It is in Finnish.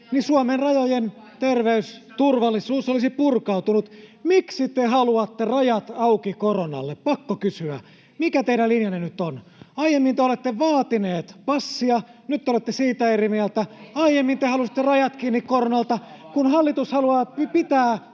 Lohi?] Suomen rajojen terveysturvallisuus olisi purkautunut. Miksi te haluatte rajat auki koronalle, pakko kysyä. Mikä teidän linjanne nyt on? Aiemmin te olette vaatineet passia, nyt te olette siitä eri mieltä. Aiemmin te halusitte rajat kiinni koronalta. Kun hallitus haluaa pitää